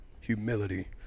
humility